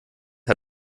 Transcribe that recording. hat